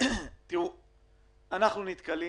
אנחנו נתקלים